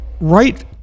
right